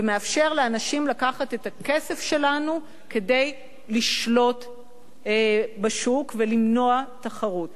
ומאפשר לאנשים לקחת את הכסף שלנו כדי לשלוט בשוק ולמנוע תחרות.